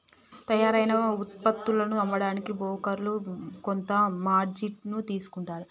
తయ్యారైన వుత్పత్తులను అమ్మడానికి బోకర్లు కొంత మార్జిన్ ని తీసుకుంటారు